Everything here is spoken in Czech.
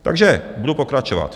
Takže budu pokračovat.